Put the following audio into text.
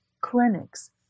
clinics